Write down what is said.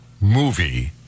movie